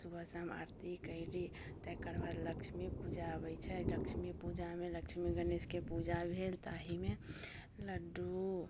सुबह शाम आरती कैली तकर बाद लक्ष्मी पूजा अबै छै लक्ष्मी पूजामे लक्ष्मी गणेशके पूजा भेल ताहिमे लड्डू